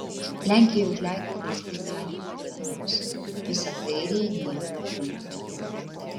lenkija užleido maskvai dalį ukrainos visą kairįjį dniepro krantą